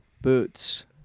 Boots